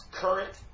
current